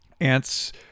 Ants